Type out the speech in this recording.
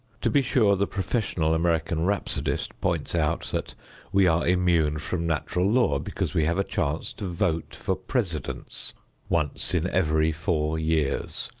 to be sure, the professional american rhapsodist points out that we are immune from natural law because we have a chance to vote for presidents once in every four years.